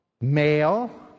male